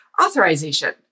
Authorization